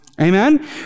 Amen